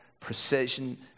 precision